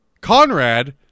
Conrad